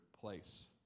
place